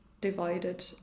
divided